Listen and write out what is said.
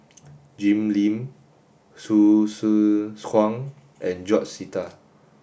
Jim Lim Hsu Tse Kwang and George Sita